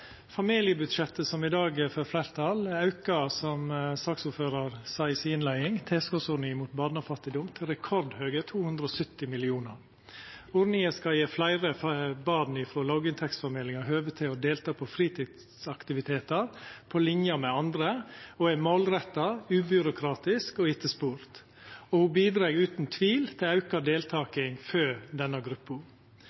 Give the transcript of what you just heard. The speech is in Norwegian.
Familiebudsjettet, som i dag får fleirtal, aukar, som saksordføraren sa i si innleiing, tilskotsordninga mot barnefattigdom til rekordhøge 270 mill. kr. Ordninga skal gje fleire barn frå låginntektsfamiliar høve til å delta på fritidsaktivitetar på linje med andre. Ho er målretta, ubyråkratisk og etterspurd, og ho bidreg utan tvil til auka